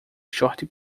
short